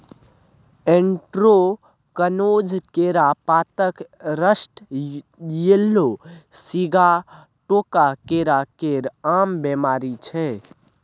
anthracnose, केरा पातक rust, yellow sigatoka केरा केर आम बेमारी छै